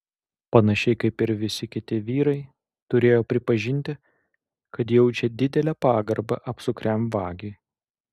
panašiai kaip ir visi kiti vyrai turėjo pripažinti kad jaučia didelę pagarbą apsukriam vagiui